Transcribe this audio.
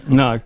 no